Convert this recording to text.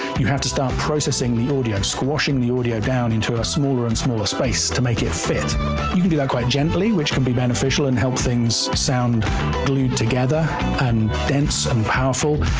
you have to start processing the audio, squashing the audio down into a smaller and smaller space to make it fit you can do that quite gently, which can be beneficial and help things sound glued together and dense and powerful.